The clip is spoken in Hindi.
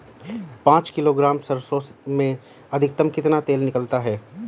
पाँच किलोग्राम सरसों में अधिकतम कितना तेल निकलता है?